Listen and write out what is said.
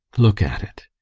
look at it.